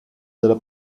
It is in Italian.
della